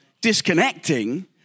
disconnecting